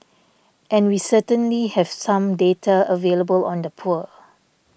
and we certainly have some data available on the poor